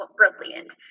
brilliant